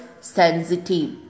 sensitive